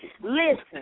Listen